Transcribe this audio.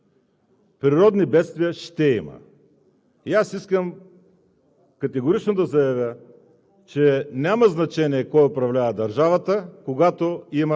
прекомерни, ще има, както е имало, природни бедствия – ще има. И аз искам категорично да заявя,